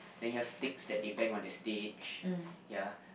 then you have stick set they bang on the stage ya